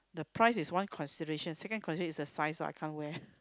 the price is one consideration second consideration is the size what I can't wear